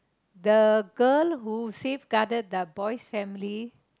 the girl who safeguarded the boy's family